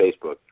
Facebook